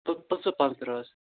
پہ پٕنٛژٕہ پانٛژترٛہ حظ